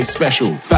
special